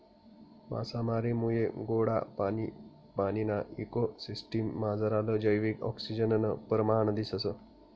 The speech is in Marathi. मासामारीमुये गोडा पाणीना इको सिसटिम मझारलं जैविक आक्सिजननं परमाण दिसंस